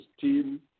team